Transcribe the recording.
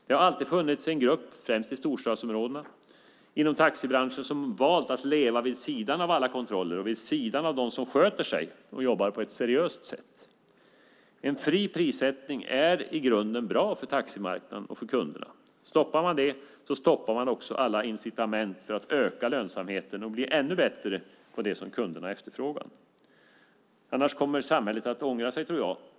Det har alltid funnits en grupp inom taxibranschen, främst i storstadsområdena, som har valt att leva vid sidan av alla kontroller och vid sidan av dem som sköter sig och jobbar på ett seriöst sätt. En fri prissättning är i grunden bra för taximarknaden och för kunderna. Stoppar man det stoppar man också alla incitament för branschen att öka lönsamheten och bli ännu bättre på det som kunderna efterfrågar. Annars kommer samhället att ångra sig.